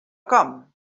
com